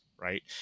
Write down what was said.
right